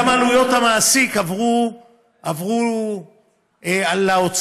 גם עלויות המעסיק עברו לאוצר.